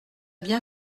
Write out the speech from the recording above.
bien